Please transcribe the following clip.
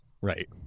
Right